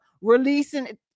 releasing